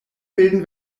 wilden